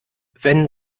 wenn